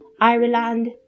Ireland